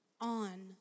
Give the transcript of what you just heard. on